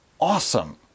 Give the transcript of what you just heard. awesome